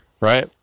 right